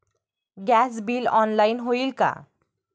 Gas bill online होईल का?